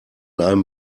einem